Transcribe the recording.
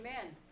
Amen